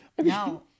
No